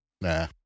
Nah